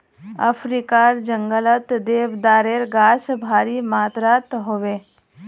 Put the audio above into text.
अफ्रीकार जंगलत देवदारेर गाछ भारी मात्रात ह बे